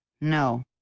No